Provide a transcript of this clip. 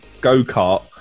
go-kart